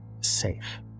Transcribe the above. safe